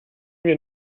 wir